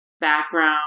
background